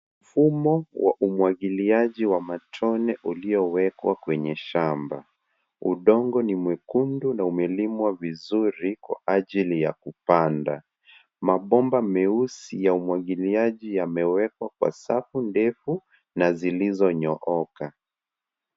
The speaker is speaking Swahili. Mfumo wa umwagiliaji wa matone uliowekwa kwenye shamba. Udongo ni mwekundu na umelimwa vizuri kwa ajili ya kupanda. Mabomba meusi ya umwagiliaji yamewekwa kwenye safu ndefu na zilizonyooka.